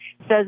says